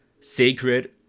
sacred